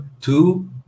two